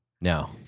No